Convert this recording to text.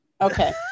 okay